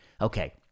Okay